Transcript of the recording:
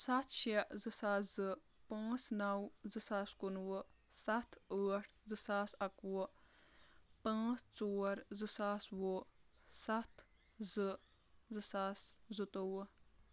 ستھ شےٚ زٕ ساس زٕ پانٛژھ نو زٕ ساس کُنوُہ سَتھ ٲٹھ زٕ ساس اَکوُہ پانٛژھ ژور زٕ ساس وُہ سَتھ زٕ زٕ ساس زٕتووُہ